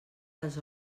les